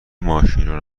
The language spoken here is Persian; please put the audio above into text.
ماشینارو